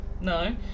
no